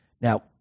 Now